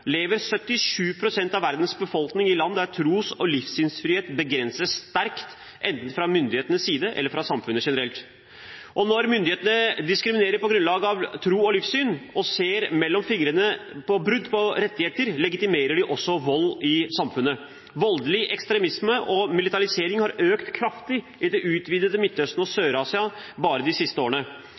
lever 77 pst. av verdens befolkning i land der tros- og livssynsfrihet begrenses sterkt, enten fra myndighetenes side eller av samfunnet generelt. Når myndighetene diskriminerer på grunnlag av tro og livssyn og ser gjennom fingrene med brudd på rettigheter, legitimerer de også vold i samfunnet. Voldelig ekstremisme og militarisering har økt kraftig i det utvidede Midtøsten og Sør-Asia bare de siste årene.